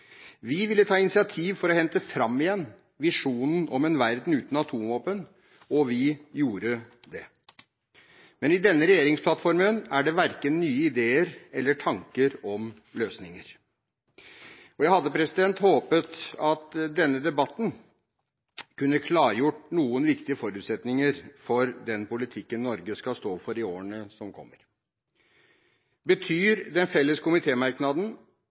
Vi ville ta initiativ til å hente fram igjen visjonen om en verden uten atomvåpen, og vi gjorde det. Men i denne regjeringsplattformen er det verken nye ideer eller tanker om løsninger. Jeg hadde håpet at denne debatten kunne klargjort noen viktige forutsetninger for den politikken Norge skal stå for i årene som kommer. Betyr den felles